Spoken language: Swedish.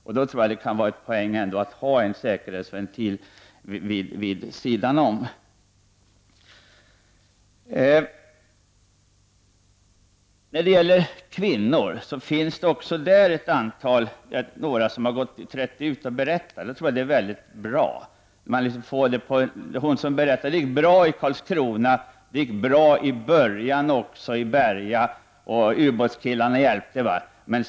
Just därför kan det vara en poäng att ha en säkerhetsventil vid sidan om. När det gäller kvinnor finns det även där ett antal som har trätt fram och berättat. Jag tror att det är bra. Det finns en kvinna som berättar att det gick bra för henne i Karlskrona. Det gick också bra för henne i början av tiden på Berga och ubåtskillarna hjälpte henne där.